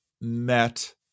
met